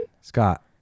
Scott